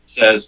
says